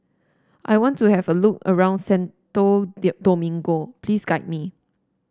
I want to have a look around Santo Domingo please guide me